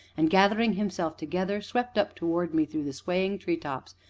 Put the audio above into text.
and, gathering himself together, swept up towards me through the swaying treetops,